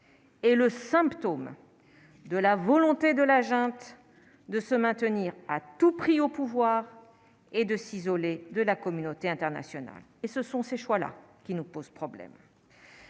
et le symptôme de la volonté de la junte de se maintenir à tout prix au pouvoir et de s'isoler de la communauté internationale et ce sont ces choix-là qui nous pose problème.